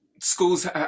schools